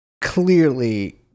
clearly